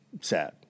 sad